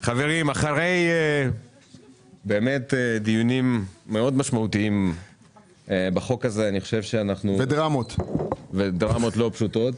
אחרי באמת דיונים מאוד משמעותיים בחוק הזה ודרמות לא פשוטות,